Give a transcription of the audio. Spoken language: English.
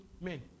men